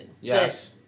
Yes